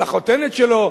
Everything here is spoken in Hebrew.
לחותנת שלו,